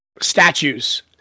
statues